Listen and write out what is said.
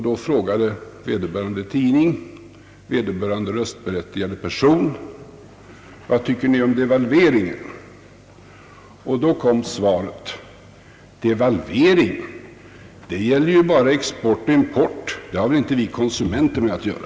Då frågade vederbörande tidning vederbörande röstberättigare person: Vad tycker ni om devalveringen? Svaret kom: Devalveringen gäller ju bara export och import — det har ju inte vi konsumenter med att göra.